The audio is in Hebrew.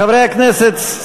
חברי הכנסת,